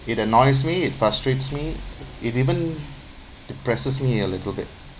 it annoys me it frustrates me it even depresses me a little bit